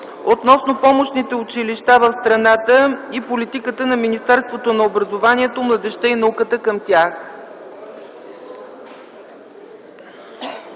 относно помощните училища в страната и политиката на Министерството на образованието, младежта и науката към тях.